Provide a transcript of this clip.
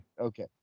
Okay